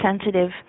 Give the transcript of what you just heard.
sensitive